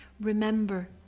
remember